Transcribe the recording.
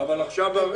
כלומר,